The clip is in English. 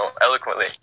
eloquently